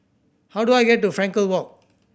how do I get to Frankel Walk